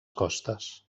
costes